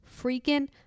freaking